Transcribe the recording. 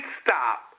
stop